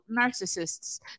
narcissists